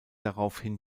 daraufhin